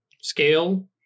Scale